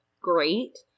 great